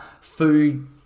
food